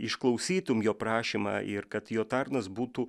išklausytum jo prašymą ir kad jo tarnas būtų